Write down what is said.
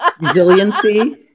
resiliency